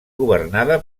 governada